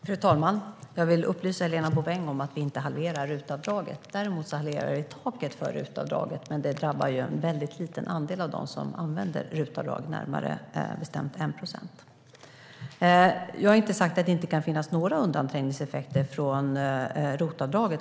Fru talman! Låt mig upplysa Helena Bouveng om att vi inte halverar RUT-avdraget utan taket för RUT-avdraget. Det drabbar en mycket liten andel av dem som använder RUT-avdrag, närmare bestämt 1 procent. Jag har inte sagt att ROT-avdraget inte kan ge undanträngningseffekter.